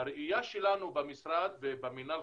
הראייה שלנו במשרד ובמינהל,